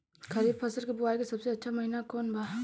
खरीफ फसल के बोआई के सबसे अच्छा महिना कौन बा?